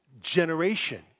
generation